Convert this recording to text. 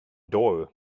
door